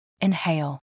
Inhale